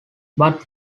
but